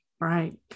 Right